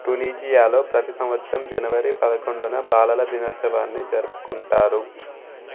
టునీజియాలో ప్రతి సంవత్సరం జనవరి పదకొండున బాలల దినోత్సవాన్ని జరుపుకుంటారు